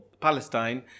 Palestine